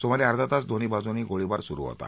सुमारे अर्धा तास दोन्ही बाजूंनी गोळीबार सुरू होता